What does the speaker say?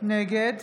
נגד